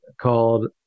called